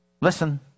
Listen